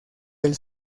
del